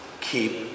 keep